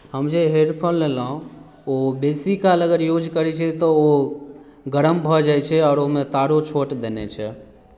हम जे हेडफोन लेलहुँ ओ बेसी काल अगर यूज करैत छियै तऽ ओ गरम भऽ जाइत छै आओर ओहिमे तारो छोट देने छै